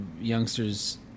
youngsters